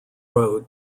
road